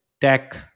tech